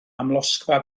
amlosgfa